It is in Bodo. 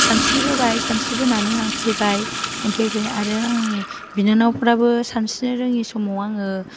सानस्रिबोबाय सानस्रिबोनानै आं फैबाय फैबाय आरो आंनि बिनानावफ्राबो सानस्रिनो रोङै समाव आङो